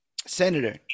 senator